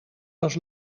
was